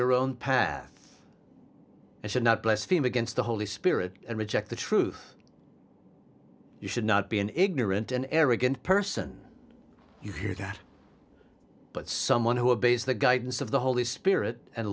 your own path and should not blaspheme against the holy spirit and reject the truth you should not be an ignorant and arrogant person you hear that but someone who are base the guidance of the holy spirit and